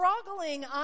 struggling